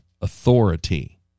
authority